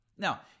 Now